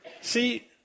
See